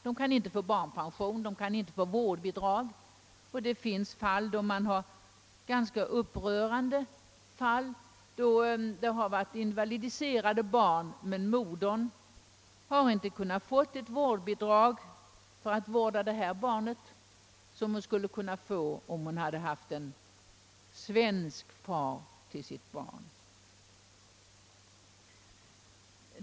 De kan inte få barnpension eller vårdbidrag, och det finns ganska upprörande fall där modern till invalidiserade barn inte kunnat få vårdbidrag, vilket hon skulle ha kunnat få om hon hade haft en svensk far till sitt barn.